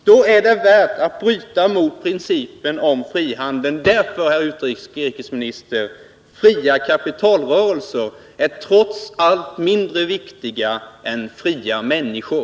Då är det värt att bryta mot — flygningar på Syd mindre viktiga än fria människor.